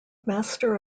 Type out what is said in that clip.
master